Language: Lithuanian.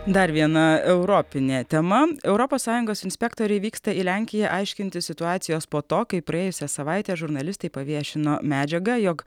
dar viena europinė tema europos sąjungos inspektoriai vyksta į lenkiją aiškintis situacijos po to kai praėjusią savaitę žurnalistai paviešino medžiagą jog